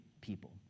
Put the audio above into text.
people